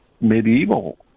medieval